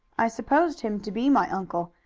i supposed him to be my uncle,